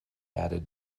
added